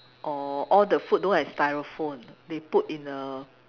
or all the food don't have styrofoam they put in a